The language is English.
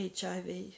HIV